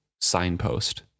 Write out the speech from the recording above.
signpost